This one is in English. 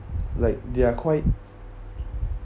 like they're quite